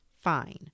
Fine